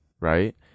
right